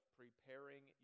preparing